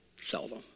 Seldom